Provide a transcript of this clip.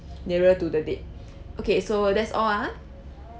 nearer to the date okay so that's all ah